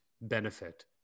benefit